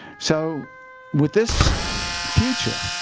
so with this future,